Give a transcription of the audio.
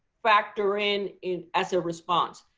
factor in in as a response?